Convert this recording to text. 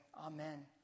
Amen